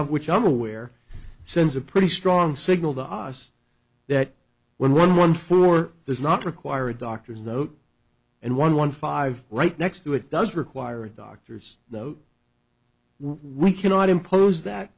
of which i'm aware sends a pretty strong signal to us that when one one four does not require a doctor's note and one one five right next to it does require a doctor's note we cannot impose